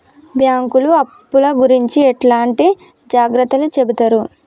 బ్యాంకులు అప్పుల గురించి ఎట్లాంటి జాగ్రత్తలు చెబుతరు?